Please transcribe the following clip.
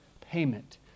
payment